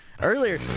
Earlier